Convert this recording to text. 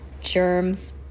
germs